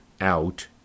out